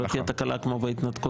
שלא תהיה תקלה כמו בהתנתקות.